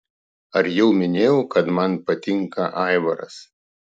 ar jau minėjau kad man patinka aivaras